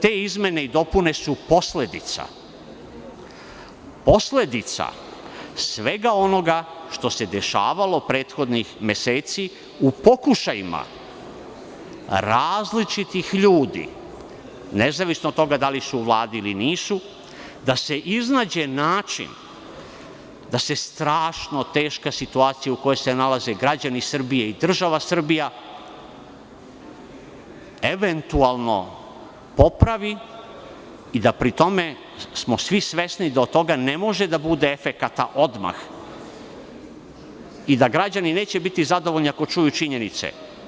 Te izmene i dopune su posledica svega onoga što se dešavalo prethodnih meseci u pokušajima različitih ljudi, nezavisno od toga da li su u Vladi ili nisu, da se iznađe način da se strašno teška situacija u kojoj se nalaze građani Srbije i država Srbija eventualno popravi i da pri tome smo svi svesni da od toga ne može da bude efekata odmah i da građani neće biti zadovoljni ako čuju činjenice.